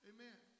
Amen